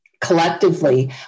collectively